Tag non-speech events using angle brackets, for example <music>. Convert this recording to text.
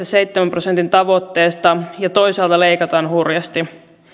<unintelligible> seitsemän prosentin tavoitteesta ja toisaalta leikataan hurjasti